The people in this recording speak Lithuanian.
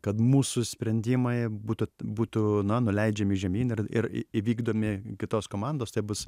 kad mūsų sprendimai būtų būtų na nuleidžiami žemyn ir ir įvykdomi kitos komandos tai bus